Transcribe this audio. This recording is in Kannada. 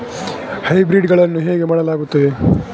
ಹೈಬ್ರಿಡ್ ಗಳನ್ನು ಹೇಗೆ ಮಾಡಲಾಗುತ್ತದೆ?